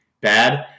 bad